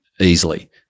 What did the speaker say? easily